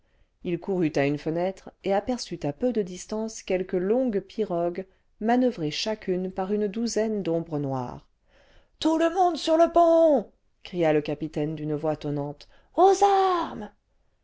il courut a une fenêtre et aperçut'àpeu de distance quelques longues pirogues manoeiuvrées chacune par une douzaine d'ombres noires ce tout le monde srar le pont cria le capitaine d'une voix tonnante aux armes